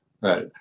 right